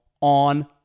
on